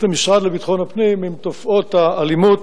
המשרד לביטחון הפנים עם תופעות האלימות,